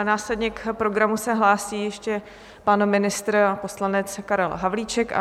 Následně k programu se hlásí ještě pan ministr a poslanec Karel Havlíček.